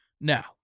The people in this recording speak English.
Now